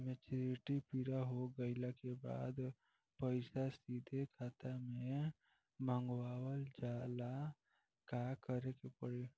Maturity पूरा हो गइला के बाद पईसा सीधे खाता में मँगवाए ला का करे के पड़ी?